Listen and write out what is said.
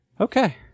Okay